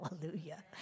Hallelujah